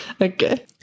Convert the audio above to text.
Okay